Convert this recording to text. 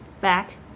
Back